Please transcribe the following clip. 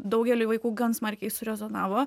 daugeliui vaikų gan smarkiai surezonavo